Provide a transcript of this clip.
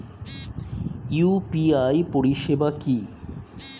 UPI পরিষেবা কি?